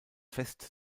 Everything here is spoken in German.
fest